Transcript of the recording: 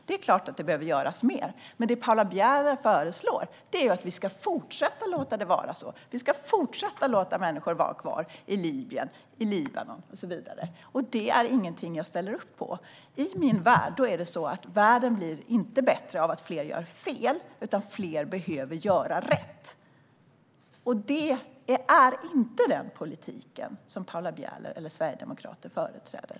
Det är klart att mer behöver göras, men det som Paula Bieler föreslår är att vi ska fortsätta att låta det vara så - att vi ska fortsätta att låta människor vara kvar i Libyen, i Libanon och så vidare - och det är ingenting som jag ställer upp på. För mig är det så att världen inte blir bättre av att fler gör fel, utan fler behöver göra rätt och det är inte den politik som Paula Bieler eller Sverigedemokraterna företräder.